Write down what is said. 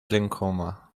rękoma